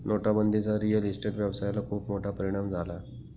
नोटाबंदीचा real estate व्यवसायाला खूप मोठा परिणाम झाला